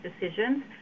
decisions